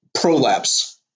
Prolapse